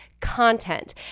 content